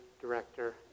director